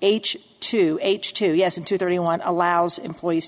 h two h two us into thirty one allows employees